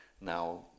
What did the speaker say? Now